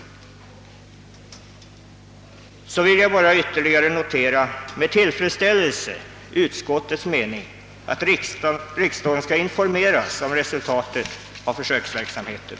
Jag noterar med tillfredsställelse utskottets uttalande att riksdagen skall informeras om resultatet av försöksverksamheten.